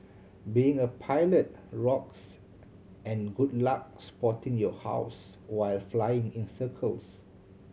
being a pilot rocks and good luck spotting your house while flying in circles